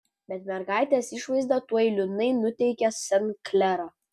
bet mergaitės išvaizda tuoj liūdnai nuteikė sen klerą